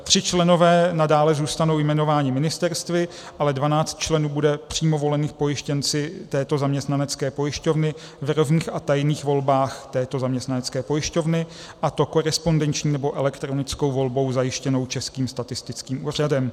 Tři členové nadále zůstanou jmenováni ministerstvy, ale dvanáct členů bude přímo volených pojištěnci této zaměstnanecké pojišťovny v rovných a tajných volbách této zaměstnanecké pojišťovny, a to korespondenční nebo elektronickou volbou zajištěnou Českým statistickým úřadem.